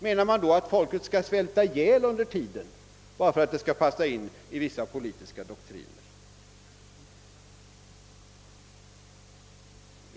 Menar man då att folket skall svälta ihjäl under tiden bara för att vissa politiska doktriner skall följas?